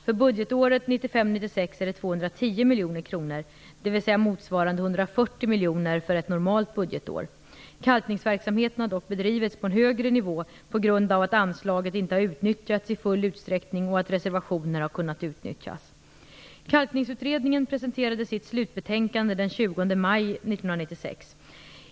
För budgetåret 1995/96 är det 210 miljoner kronor, dvs. motsvarande 140 miljoner för ett normalt budgetår. Kalkningsverksamheten har dock bedrivits på en högre nivå på grund av att anslaget tidigare inte utnyttjats i full utsträckning och att reservationer därför har kunnat utnyttjas. Kalkningsutredningen presenterade sitt slutbetänkande den 20 maj 1996.